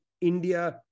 India